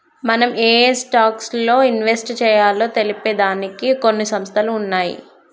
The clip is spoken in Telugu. మనం ఏయే స్టాక్స్ లో ఇన్వెస్ట్ చెయ్యాలో తెలిపే దానికి కొన్ని సంస్థలు ఉన్నయ్యి